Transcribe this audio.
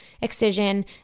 Excision